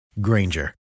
Granger